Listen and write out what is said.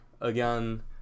again